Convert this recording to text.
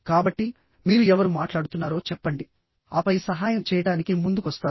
కాబట్టిమీరు ఎవరు మాట్లాడుతున్నారో చెప్పండిఆపై సహాయం చేయడానికి ముందుకొస్తారు